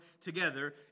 together